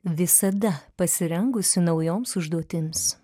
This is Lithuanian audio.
visada pasirengusi naujoms užduotims